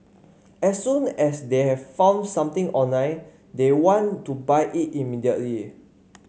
as soon as they have found something online they want to buy it immediately